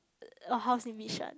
a house in Bishan